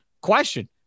question